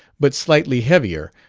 but slightly heavier,